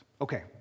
Okay